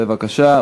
בבקשה,